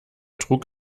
trug